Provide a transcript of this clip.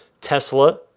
tesla